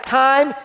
time